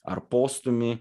ar postūmį